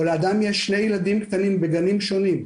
או לאדם יש שני ילדים קטנים בגנים שונים,